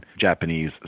Japanese